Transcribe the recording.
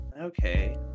Okay